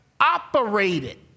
operated